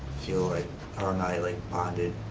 feel like her and i like bonded,